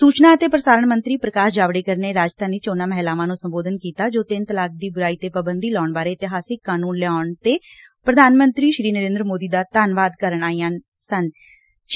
ਸੁਚਨਾ ਅਤੇ ਪ੍ਰਸਾਰਣ ਮੰਤਰੀ ਪ੍ਰਕਾਸ਼ ਜਾਵਡੇਕਰ ਨੇ ਰਾਜਧਾਨੀ ਚ ਉਨ੍ਨਾਂ ਮਹਿਲਾਵਾਂ ਨ੍ਰੰ ਸੰਬੋਧਨ ਕੀਤਾ ਜੋ ਤਿੰਨ ਤਲਾਕ ਦੀ ਬੁਰਾਈ ਤੇ ਪਾਬੰਦੀ ਲਾਉਣ ਬਾਰੇ ਇਤਿਹਾਸਕ ਕਾਨੂੰਨ ਲਿਆਉਣ ਤੇ ਪ੍ਰਧਾਨ ਮੈਂਤਰੀ ਨਰੇਂਦਰ ਮੋਦੀ ਦਾ ਧੰਨਵਾਦ ਕਰਨ ਆਈਆਂ ਸਨ